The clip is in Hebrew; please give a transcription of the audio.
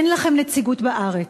אין לכם נציגות בארץ,